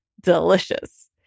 delicious